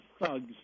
thugs